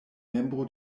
membro